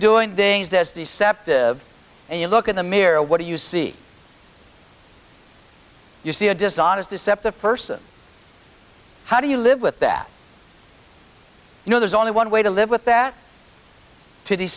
doing things as deceptive and you look in the mirror what do you see you see a dishonest deceptive person how do you live with that you know there's only one way to live with that